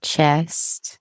chest